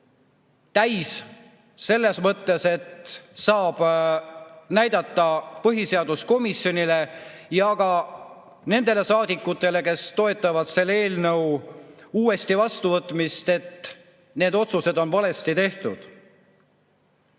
täis, selles mõttes, et ta saab näidata põhiseaduskomisjonile ja nendele saadikutele, kes toetavad selle eelnõu uuesti vastuvõtmist, et need otsused on valesti tehtud.